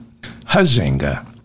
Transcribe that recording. Hazinga